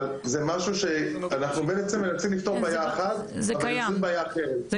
אבל זה משהו שאנחנו בעצם מנסים לפתור בעיה אחת אבל יוצרים בעיה אחרת.